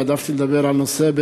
והעדפתי לדבר על הנושא הזה,